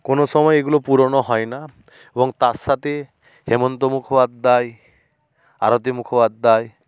কোনও সময় এগুলো পুরোনো হয় না এবং তার সাথে হেমন্ত মুখোপাধ্যায় আরতি মুখোপাধ্যায়